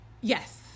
Yes